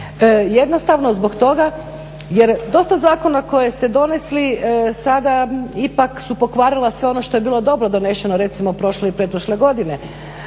Jednostavno zbog toga jer dosta zakona koje ste donesli sada ipak su pokvarila sve ono što je bilo dobro doneseno recimo prošle i pretprošle godine